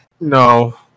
No